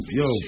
yo